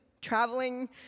Traveling